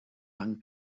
van